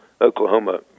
Oklahoma